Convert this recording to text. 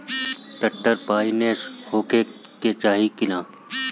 Tractor finance होखे के चाही कि ना?